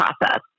process